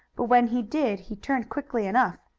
but when he did he turned quickly enough.